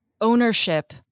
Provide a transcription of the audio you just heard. ownership